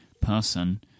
person